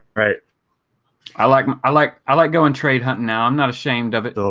right i like i like i like going trade hunting now i'm not ashamed of it